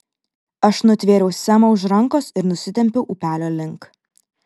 aš nutvėriau semą už rankos ir nusitempiau upelio link